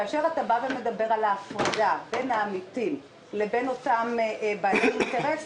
כאשר אתה מדבר על ההפרדה בין העמיתים לבין אותם בעלי אינטרס,